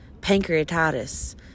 pancreatitis